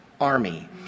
army